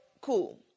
Cool